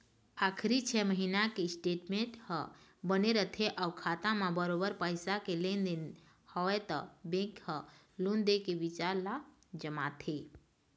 आखरी छै महिना के स्टेटमेंट ह बने रथे अउ खाता म बरोबर पइसा के लेन देन हवय त बेंक ह लोन दे के बिचार ल जमाथे